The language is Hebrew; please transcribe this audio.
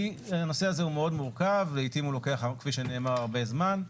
כי הנושא הזה הוא מאוד מורכב וכפי שנאמר הוא לוקח הרבה זמן.